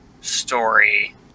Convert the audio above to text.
story